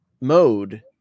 mode